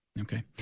Okay